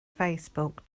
facebook